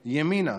ימינה,